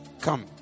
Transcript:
Come